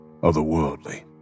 otherworldly